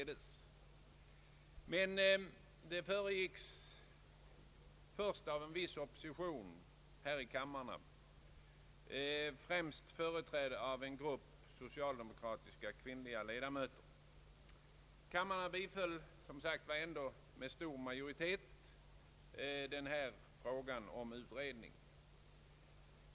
Det beslutet föregicks emeilertid av en viss opposition i kamrarna, främst från en grupp socialdemokratiska kvinnliga ledamöter. Kamrarna biföll ändå med stor majoritet förslaget om en utredning.